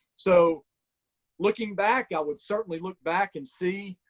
so looking back, i would certainly look back and see